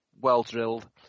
well-drilled